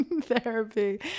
therapy